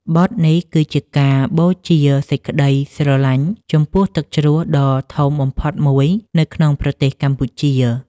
បទនេះគឺជាការបូជាសេចក្ដីស្រឡាញ់ចំពោះទឹកជ្រោះដ៏ធំបំផុតមួយនៅក្នុងប្រទេសកម្ពុជា។